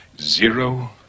Zero